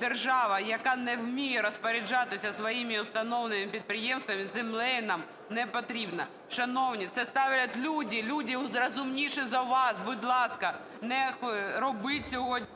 Держава, яка не вміє розпоряджатися своїми установленими підприємствами, земля їй не потрібна". Шановні, це ставлять люди, люди, розумніші за вас, будь ласка, не робіть цього… ГОЛОВУЮЧИЙ.